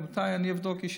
רבותיי: אני אבדוק אישית,